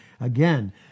Again